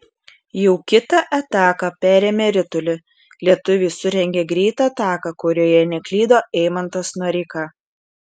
jau kitą ataką perėmę ritulį lietuviai surengė greitą ataką kurioje neklydo eimantas noreika